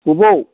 बबाव